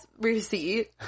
receipt